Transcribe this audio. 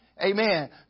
Amen